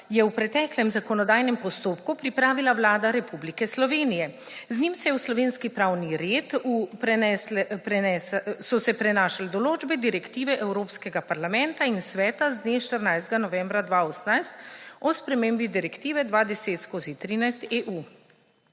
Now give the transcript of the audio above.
je v preteklem zakonodajnem postopku pripravila Vlada Republike Slovenije. Z njim so se v slovenski pravni red prenašale določbe direktive Evropskega parlamenta in Sveta z dne 14. novembra 2018 o spremembi Direktive 2010/13/EU,